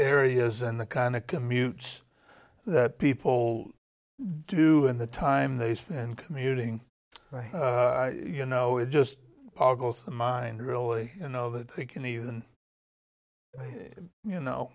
areas and the kind of commutes that people do in the time they spend commuting you know it just boggles the mind really you know that we can even you know